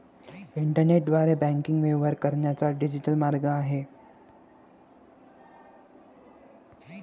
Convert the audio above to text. इंटरनेटद्वारे बँकिंग व्यवहार करण्याचा डिजिटल मार्ग आहे